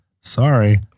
sorry